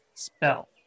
Spell